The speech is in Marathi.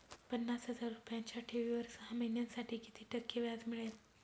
पन्नास हजार रुपयांच्या ठेवीवर सहा महिन्यांसाठी किती टक्के व्याज मिळेल?